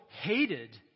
hated